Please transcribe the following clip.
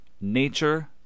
nature